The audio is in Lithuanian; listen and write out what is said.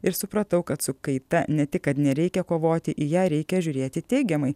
ir supratau kad su kaita ne tik kad nereikia kovoti į ją reikia žiūrėti teigiamai